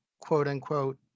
quote-unquote